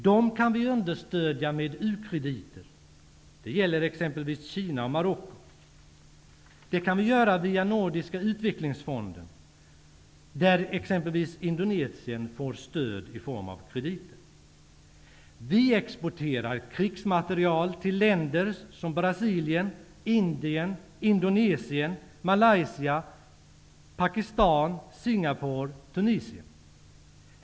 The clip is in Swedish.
Dem kan vi understödja med ukrediter. Det gäller exempelvis Kina och Marocko. Via Nordiska utvecklingsfonden får Indonesien stöd i form av krediter. Vi exporterar krigsmateriel till länder såsom Brasilien, Indien, Indonesien, Malaysia, Pakistan, Singapore, Tunisien.